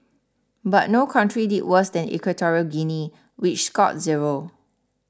but no country did worse than Equatorial Guinea which scored zero